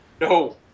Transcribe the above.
No